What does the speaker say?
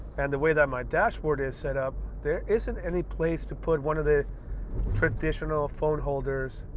and the way that my dashboard is set up, there isn't any place to put one of the traditional phone holders,